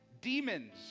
demons